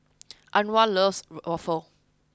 Anwar loves waffle